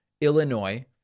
Illinois